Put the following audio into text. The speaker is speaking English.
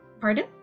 Pardon